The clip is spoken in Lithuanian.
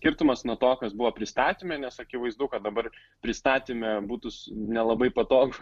skirtumas nuo to kas buvo pristatyme nes akivaizdu kad dabar pristatyme butus nelabai patogu